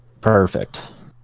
perfect